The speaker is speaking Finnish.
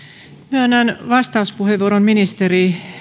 myönnän vastauspuheenvuoron ministeri